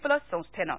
plus संस्थेनं